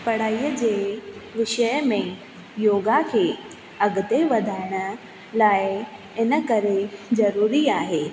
पढ़ाईअ जे विषय में योगा खे अॻिते वधाइण लाइ इन करे ज़रूरी आहे